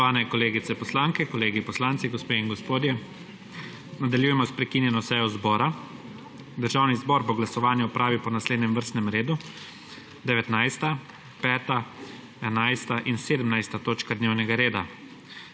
Spoštovani kolegice poslanke, kolegi poslanci, gospe in gospodje. Nadaljujemo s prekinjeno sejo zbora. Državni zbor bo glasovanje opravil po naslednjem vrstnem redu: 19., 5., 11. in 17. točka dnevnega reda.